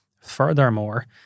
Furthermore